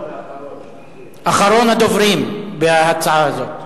אחרון הדוברים בהצעה הזאת.